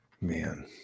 Man